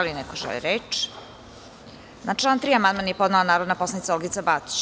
Da li neko želi reč? (Ne.) Na član 3. amandman je podnela narodna poslanica Olgica Batić.